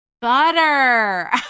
butter